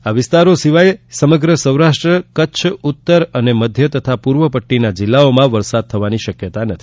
આ વિસ્તારો સિવાયના સમગ્ર સૌરાષ્ટ્ર કચ્છ ઉત્તર મધ્ય અને પૂર્વ પટ્ટીના જિલ્લાઓમાં વરસાદ થવાની શક્યતા નથી